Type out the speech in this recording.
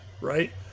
right